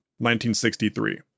1963